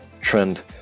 trend